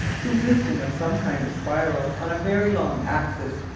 consisting of some kind of spiral on a very long axis,